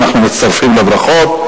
ואנחנו מצטרפים לברכות.